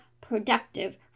productive